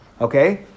Okay